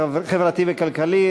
חברתי וכלכלי,